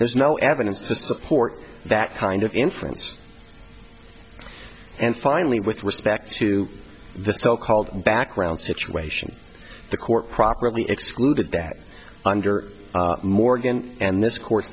there's no evidence to support that kind of inference and finally with respect to the so called background situation the court properly excluded that under morgan and this court's